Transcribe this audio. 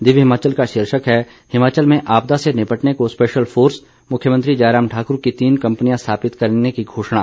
दिव्य हिमाचल का शीर्षक है हिमाचल में आपदा से निपटने को स्पेशल फोर्स मुख्यमंत्री जयराम ठाकुर की तीन कंपनियां स्थापित करने की घोषणा